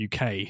UK